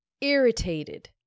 irritated